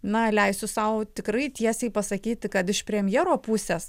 na leisiu sau tikrai tiesiai pasakyti kad iš premjero pusės